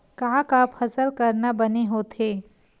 का का फसल करना बने होथे?